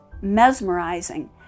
mesmerizing